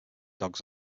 dogs